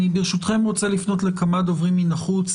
ברשותכם, אני רוצה לפנות לכמה דוברים מן החוץ.